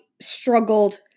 struggled